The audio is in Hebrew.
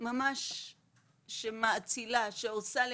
שממש מאצילה, שעושה למעני,